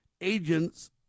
Agents